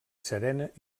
serena